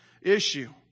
issue